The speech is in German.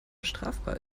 strafbar